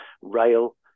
rail